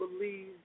believe